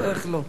איך לא.